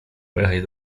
pojechać